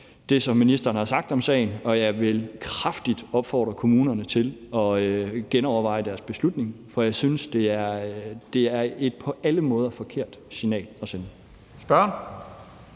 det, som ministeren har sagt om sagen, og jeg vil kraftigt opfordre kommunerne til at genoverveje deres beslutning, for jeg synes, det er et på alle måder forkert signal at sende.